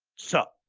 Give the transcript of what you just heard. so,